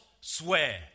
swear